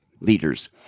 leaders